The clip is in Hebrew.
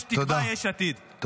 יש תקווה, יש עתיד.